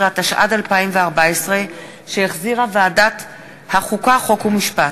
15), התשע"ד 2014, שהחזירה ועדת החוקה, חוק ומשפט.